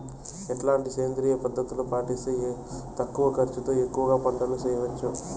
ఎట్లాంటి సేంద్రియ పద్ధతులు పాటిస్తే తక్కువ ఖర్చు తో ఎక్కువగా పంట చేయొచ్చు?